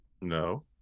No